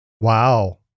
Wow